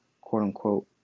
quote-unquote